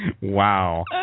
Wow